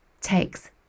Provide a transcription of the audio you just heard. takes